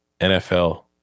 nfl